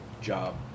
job